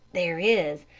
there is.